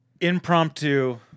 Impromptu